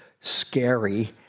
scary